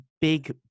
big